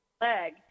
leg